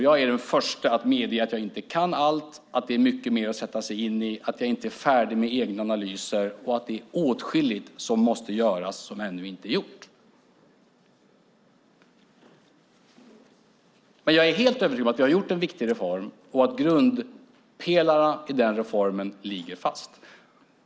Jag är den förste att medge att jag inte kan allt, att det är mycket mer att sätta sig in i, att jag inte är färdig med egna analyser och att det är åtskilligt som måste göras och som ännu inte är gjort. Men jag är helt övertygad om att vi har gjort en viktig reform och att grundpelarna i den reformen ligger fast.